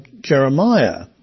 Jeremiah